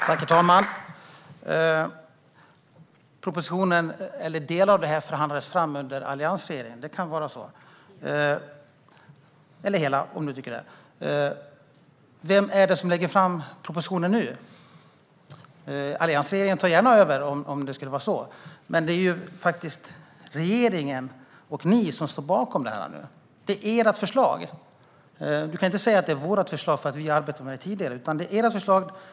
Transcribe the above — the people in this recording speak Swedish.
Herr talman! Delar av propositionen - eller hela, om Monica Green så tycker - förhandlades fram under alliansregeringen. Det kan vara så. Men vem är det som lägger fram propositionen nu? Alliansregeringen tar gärna över om det skulle vara så. Men det är regeringen och ni som står bakom propositionen nu. Det är ert förslag. Monica Green kan inte säga att det är vårt förslag för att vi har arbetat med det tidigare, utan det är ert förslag.